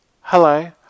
Hello